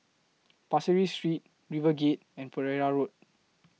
Pasir Ris Street RiverGate and Pereira Road